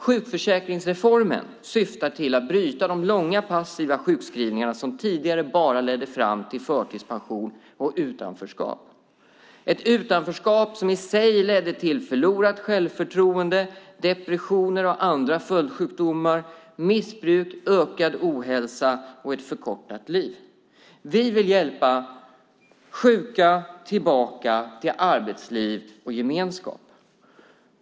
Sjukförsäkringsreformen syftar till att bryta de långa passiva sjukskrivningar som tidigare bara ledde fram till förtidspension och utanförskap, ett utanförskap som i sig ledde till förlorat självförtroende, depressioner och andra följdsjukdomar, missbruk, ökad ohälsa och ett förkortat liv. Vi vill hjälpa sjuka tillbaka till arbetsliv och gemenskap.